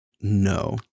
no